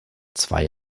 zwei